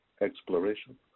exploration